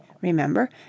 remember